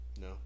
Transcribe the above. No